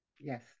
Yes